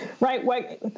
right